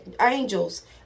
angels